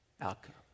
Outcome